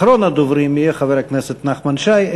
אחרון הדוברים יהיה חבר הכנסת נחמן שי.